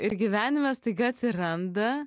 ir gyvenime staiga atsiranda